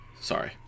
Sorry